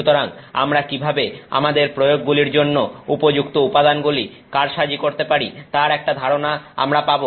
সুতরাং আমরা কিভাবে আমাদের প্রয়োগগুলির জন্য উপযুক্ত উপাদানগুলি কারসাজি করতে পারি তার একটা ধারণা আমরা পাব